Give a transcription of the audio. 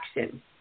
action